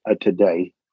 today